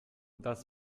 das